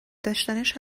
داشتنش